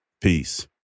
Peace